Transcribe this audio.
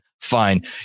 Fine